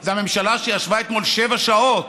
זו הממשלה שישבה אתמול שבע שעות